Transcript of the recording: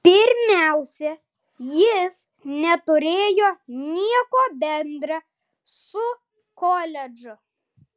pirmiausia jis neturėjo nieko bendra su koledžu